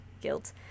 guilt